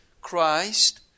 Christ